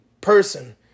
person